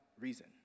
reason